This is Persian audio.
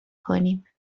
کنیم